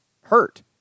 hurt